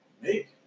Make